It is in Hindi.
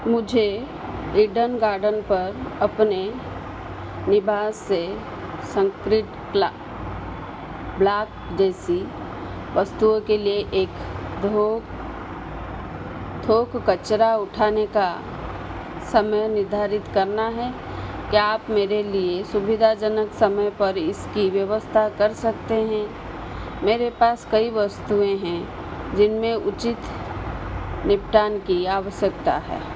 मुझे ईडन गार्डन पर अपने निवास से संक्रीट ब्ला ब्लॉक जैसी वस्तुओं के लिए एक थोक कचरा उठाने का समय निर्धारित करना है क्या आप मेरे लिए सुविधाजनक समय पर इसकी व्यवस्था कर सकते हैं मेरे पास कई वस्तुएँ हैं जिनमें उचित निपटान की आवश्यकता है